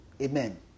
Amen